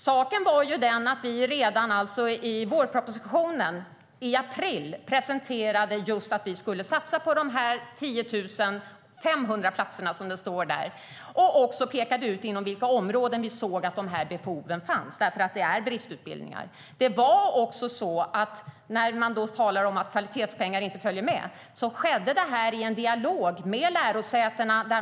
Saken är den att vi redan i vårpropositionen, i april, presenterade att vi skulle satsa på de 10 500 platserna som det står om där. Vi pekade även ut inom vilka områden vi såg att behoven fanns. Det handlar nämligen om bristutbildningar. När det gäller att kvalitetspengar inte följde med kan jag meddela att det skedde i dialog med lärosätena.